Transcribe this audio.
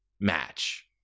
match